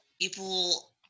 People